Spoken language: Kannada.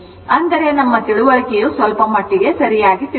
ಅಂದರೆ ನಮ್ಮ ತಿಳುವಳಿಕೆಯು ಸ್ವಲ್ಪಮಟ್ಟಿಗೆ ಸರಿಯಾಗಿ ತಿಳಿಯುತ್ತದೆ